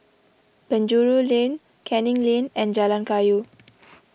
Penjuru Lane Canning Lane and Jalan Kayu